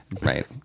right